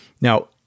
Now